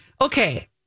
Okay